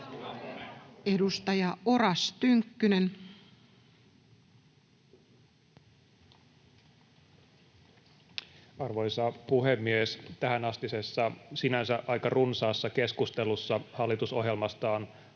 Time: 16:55 Content: Arvoisa puhemies! Tähänastisessa sinänsä aika runsaassa keskustelussa hallitusohjelmasta